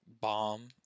bomb